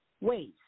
ways